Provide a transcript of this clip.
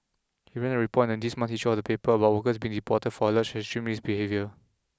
he ran a report in this month's issue of the paper about workers being deported for alleged extremist behaviour